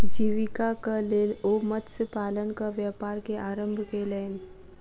जीवीकाक लेल ओ मत्स्य पालनक व्यापार के आरम्भ केलैन